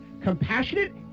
compassionate